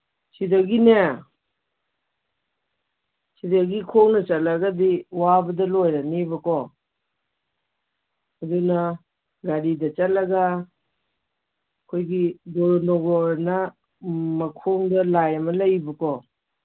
ꯁꯤꯗꯒꯤꯅꯦ ꯁꯤꯗꯒꯤ ꯈꯣꯡꯅ ꯆꯠꯂꯒꯗꯤ ꯋꯥꯕꯗ ꯂꯣꯏꯔꯅꯤꯕꯀꯣ ꯑꯗꯨꯅ ꯒꯥꯔꯤꯗ ꯆꯠꯂꯒ ꯑꯩꯈꯣꯏꯒꯤ ꯒꯣꯔꯣꯅꯣꯒꯣꯔꯑꯅ ꯃꯈꯣꯡꯗ ꯂꯥꯏ ꯑꯃ ꯂꯩꯌꯦꯕꯀꯣ